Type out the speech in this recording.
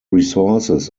resources